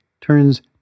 turns